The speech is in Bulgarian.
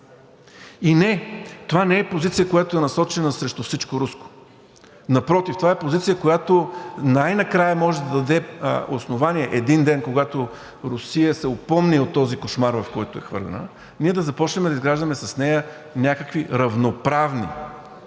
И не, това не е позиция, която е насочена срещу всичко руско. Напротив, това е позиция, която най-накрая може да даде основание един ден, когато Русия се опомни от този кошмар, в който е хвърлена, ние да започнем да изграждаме с нея някакви равноправни